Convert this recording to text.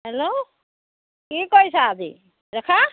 hello কি কৰিছা আজি ৰেখা